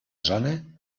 zona